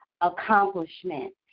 accomplishment